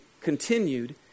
continued